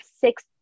six